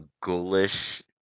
ghoulish